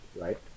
right